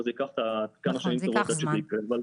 אבל זה יקח כמה שנים טובות עד שזה יקרה.